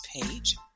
page